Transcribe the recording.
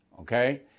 okay